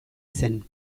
zen